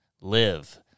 live